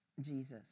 Jesus